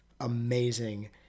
amazing